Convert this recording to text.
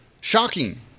shocking